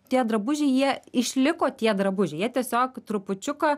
tie drabužiai jie išliko tie drabužiai jie tiesiog trupučiuką